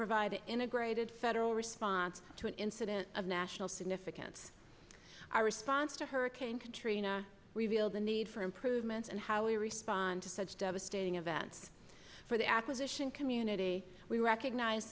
provide an integrated federal response to an incident of national significance our response to hurricane katrina revealed the need for improvements and how we respond to such devastating events for the acquisition community we recognize